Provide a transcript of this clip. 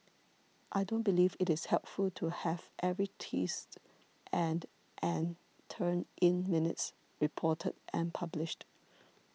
I don't believe it is helpful to have every twist and and turn in minutes reported and published